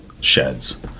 sheds